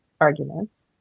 arguments